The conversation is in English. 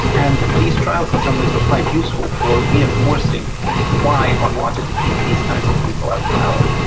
and these trials in some ways were quite useful for reinforcing why one wanted to keep these kinds of people out of power.